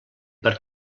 per